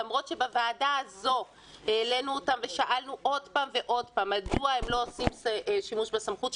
למרות שבוועדה הזו העלינו אותו ושאלו עוד פעם ועוד פעם,